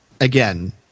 again